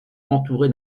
entouré